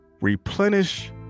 replenish